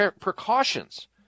precautions